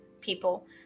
people